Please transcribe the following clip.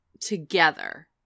together